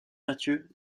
mathieu